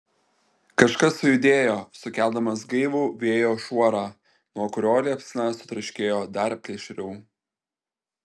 kažkas sujudėjo sukeldamas gaivų vėjo šuorą nuo kurio liepsna sutraškėjo dar plėšriau